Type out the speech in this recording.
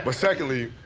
but secondly,